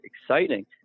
exciting